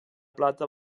plata